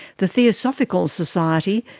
the theosophical society,